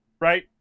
right